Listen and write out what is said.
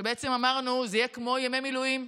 ובעצם אמרנו שזה יהיה כמו ימי מילואים.